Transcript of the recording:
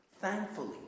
thankfully